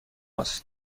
است